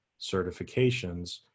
certifications